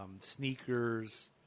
Sneakers